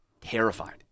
terrified